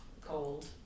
cold